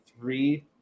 three